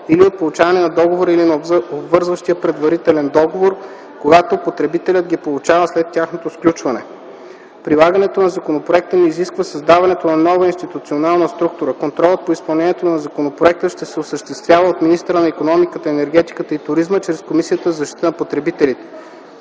или от получаване на договора, или на обвързващия предварителен договор, когато потребителят ги получава след тяхното сключване. Прилагането на законопроекта не изисква създаването на нова институционална структура. Контролът по изпълнението на законопроекта ще се осъществява от министъра на икономиката, енергетиката и туризма чрез Комисията за защита на потребителите.